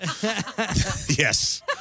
Yes